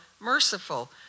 merciful